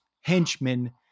henchmen